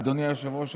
אדוני היושב-ראש,